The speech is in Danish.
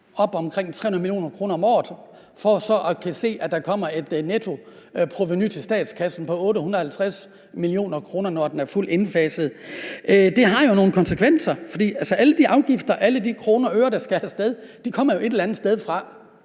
på omkring 300 mio. kr. om året, for så at kunne se, at der kommer et nettoprovenu til statskassen på 850 mio. kr., når den er fuldt indfaset, så har det jo nogle konsekvenser. Alle de afgifter, alle de kroner og øre, der skal af sted, kommer jo et eller andet sted fra.